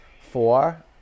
Four